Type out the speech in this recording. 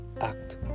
act